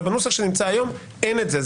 בנוסח שנמצא היום אין את זה.